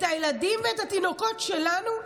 את הילדים ואת התינוקות שלנו?